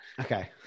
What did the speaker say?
Okay